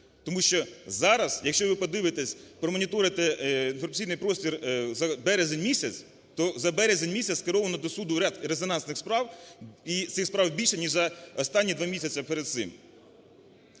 Тому що зараз, якщо ви подивитесь, промоніторите інформаційний простір за березень місяць, то за березень місяць скеровано до суду ряд резонансних справ і цих справ більше, ніж за останні два місці перед цим.